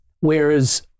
Whereas